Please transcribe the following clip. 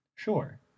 Sure